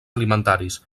alimentaris